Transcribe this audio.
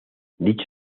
dicho